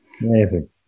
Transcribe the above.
Amazing